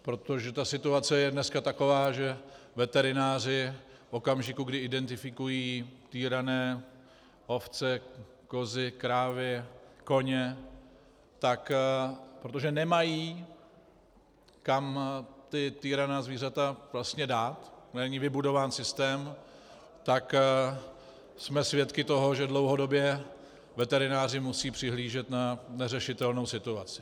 Protože situace je dneska taková, že veterináři v okamžiku, kdy identifikují týrané ovce, kozy, krávy, koně, tak protože nemají kam ta týraná zvířata dát, není vybudován systém, tak jsme svědky toho, že dlouhodobě veterináři musejí přihlížet neřešitelné situaci.